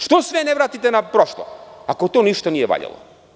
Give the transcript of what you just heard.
Što sve ne vratite na prošlo, ako to ništa nije valjalo?